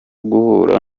guhura